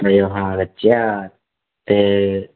त्रयः आगत्य ते